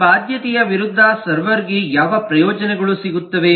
ಈ ಬಾಧ್ಯತೆಯ ವಿರುದ್ಧ ಸರ್ವರ್ ಗೆ ಯಾವ ಪ್ರಯೋಜನಗಳು ಸಿಗುತ್ತವೆ